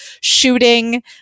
shooting